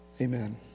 Amen